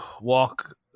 walk